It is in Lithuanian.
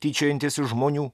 tyčiojantis iš žmonių